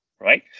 right